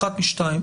אחת משתיים,